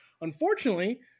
Unfortunately